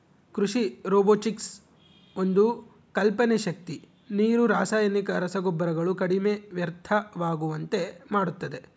ಕೃಷಿ ರೊಬೊಟಿಕ್ಸ್ ಒಂದು ಕಲ್ಪನೆ ಶಕ್ತಿ ನೀರು ರಾಸಾಯನಿಕ ರಸಗೊಬ್ಬರಗಳು ಕಡಿಮೆ ವ್ಯರ್ಥವಾಗುವಂತೆ ಮಾಡುತ್ತದೆ